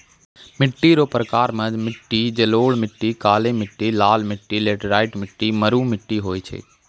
मिट्टी रो प्रकार मे मट्टी जड़ोल मट्टी, काली मट्टी, लाल मट्टी, लैटराईट मट्टी, मरु मट्टी होय छै